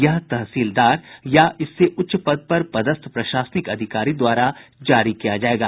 यह तहसीलदार या इससे उच्च पद पर पदस्थ प्रशासनिक अधिकारी द्वारा जारी किया जायेगा